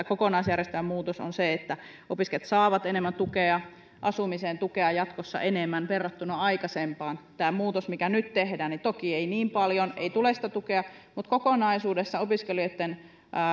kokonaisjärjestelmän muutoksessa on nimenomaan se että opiskelijat saavat asumiseen tukea jatkossa enemmän verrattuna aikaisempaan tämän muutoksen jälkeen mikä nyt tehdään ei toki niin paljon tule sitä tukea mutta kokonaisuudessaan opiskelijoitten